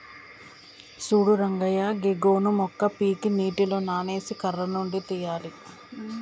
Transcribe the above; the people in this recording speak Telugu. సూడు రంగయ్య గీ గోను మొక్క పీకి నీటిలో నానేసి కర్ర నుండి తీయాలి